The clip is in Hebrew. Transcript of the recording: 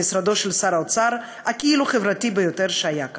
במשרדו של שר האוצר הכאילו-חברתי ביותר שהיה כאן.